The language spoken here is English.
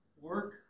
work